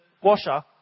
washer